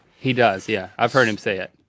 he does, yeah. i've heard him say it.